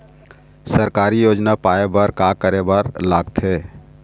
सरकारी योजना पाए बर का करे बर लागथे?